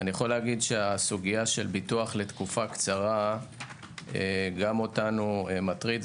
הסוגיה של ביטוח לתקופה קצרה גם אותנו מטריד.